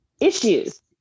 issues